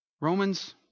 Romans